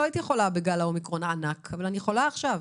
לא הייתי חולה בגל האומיקרון הענק אבל אני חולה עכשיו,